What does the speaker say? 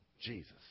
Jesus